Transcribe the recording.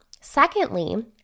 secondly